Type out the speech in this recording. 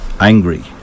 angry